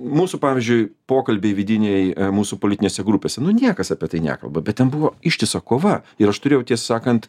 mūsų pavyzdžiui pokalbiai vidiniai mūsų politinėse grupėse niekas apie tai nekalba bet ten buvo ištisa kova ir aš turėjau tiesą sakant